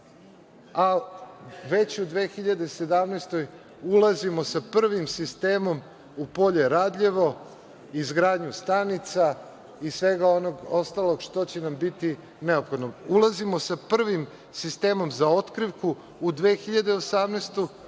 a već u 2017. godini ulazimo sa prvim sistemom u Polje Radljevo, izgradnju stanica i svega ostalog što će nam biti neophodno. Ulazimo sa prvim sistemom za otkrivku u 2018.